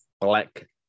Black